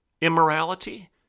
immorality